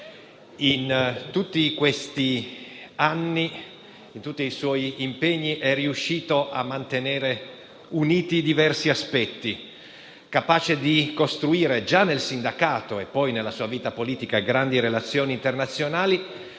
di attività e in tutti i suoi impegni è riuscito a mantenere uniti diversi aspetti ed è stato capace di costruire già nel sindacato e poi nella sua vita politica grandi relazioni internazionali,